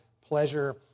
pleasure